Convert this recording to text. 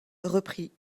reprit